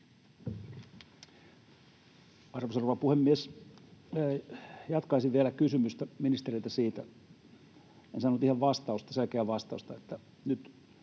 Arvoisa rouva puhemies! Jatkaisin vielä kysymystä ministeriltä siitä — en saanut ihan selkeää vastausta — että kun